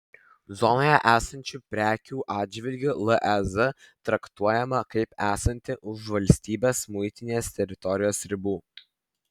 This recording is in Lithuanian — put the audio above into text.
zonoje esančių prekių atžvilgiu lez traktuojama kaip esanti už valstybės muitinės teritorijos ribų